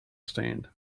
stand